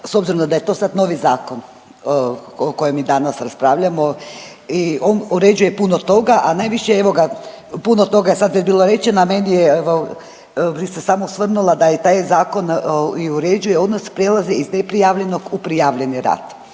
s obzirom da je to sad novi zakon o kojem mi danas raspravljamo i on uređuje puno toga, a najviše evo ga, puno toga je sad već bilo rečeno. Na meni je, bih se samo osvrnula da je taj zakon uređuje odnos prijelaz iz neprijavljenog u prijavljeni rad.